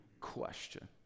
question